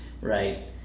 Right